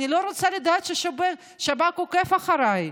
אני לא רוצה לדעת ששב"כ עוקב אחריי.